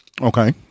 Okay